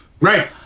Right